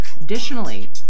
Additionally